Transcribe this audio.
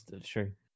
Sure